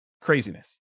Craziness